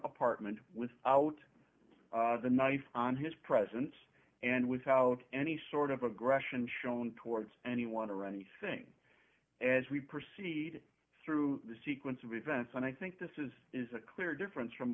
apartment without the knife on his presence and without any sort of aggression shown towards anyone or anything as we proceed through the sequence of events and i think this is is a clear difference from